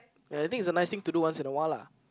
ya I think it's a nice thing to do once in a while lah